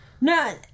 No